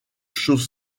chauve